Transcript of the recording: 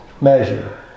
measure